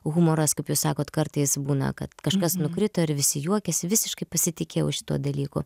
humoras kaip jūs sakot kartais būna kad kažkas nukrito ir visi juokiasi visiškai pasitikėjau šituo dalyku